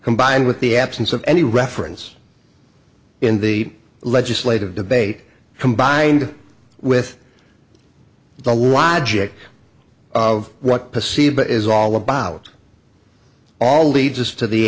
combined with the absence of any reference in the legislative debate combined with the logic of what perceived is all about all leads us to the